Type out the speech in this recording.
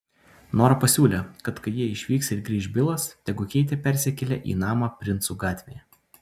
nora pasiūlė kad kai jie išvyks ir grįš bilas tegu keitė persikelia į namą princų gatvėje